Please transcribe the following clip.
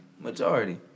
Majority